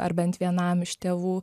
ar bent vienam iš tėvų